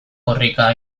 korrika